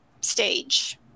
stage